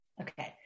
Okay